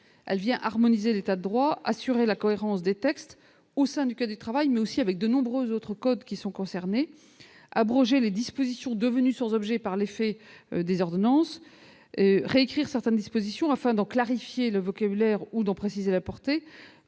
Elle vient harmoniser l'état du droit, assurer la cohérence des textes, au sein tant du code du travail que de nombreux autres codes concernés, abroger les dispositions devenues sans objet par l'effet des ordonnances, réécrire certaines dispositions, afin d'en clarifier le vocabulaire ou d'en préciser la portée,